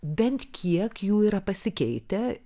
bent kiek jų yra pasikeitę